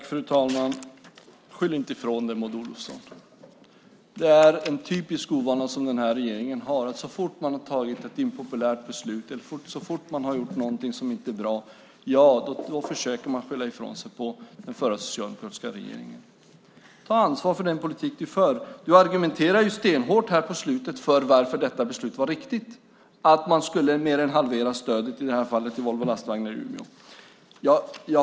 Fru talman! Skyll inte ifrån dig, Maud Olofsson. Det är en typisk ovana som den här regeringen har att så fort man har tagit ett impopulärt beslut, så fort man har gjort någonting som inte är bra försöker man skylla ifrån sig på den förra socialdemokratiska regeringen. Ta ansvar för den politik som du för! Du argumenterar stenhårt här på slutet för att detta beslut var riktigt. Man skulle mer än halvera stödet till, i det här fallet, Volvo Lastvagnar i Umeå.